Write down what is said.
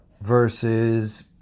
versus